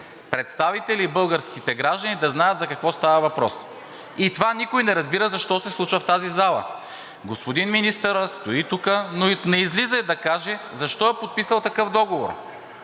представители и българските граждани да знаят за какво става въпрос. Това никой не разбира защо се случва в тази зала?! Господин министърът стои тук, но не излиза да каже защо е подписал такъв договор,